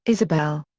isabel.